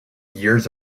years